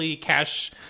cash